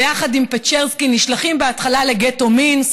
ביחד עם פצ'רסקי, נשלחים בהתחלה לגטו מינסק,